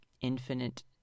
Infinite